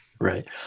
Right